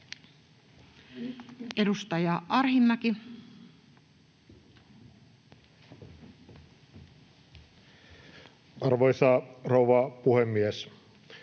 Edustaja Arhinmäki. Arvoisa rouva puhemies!